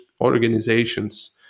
organizations